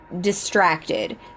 distracted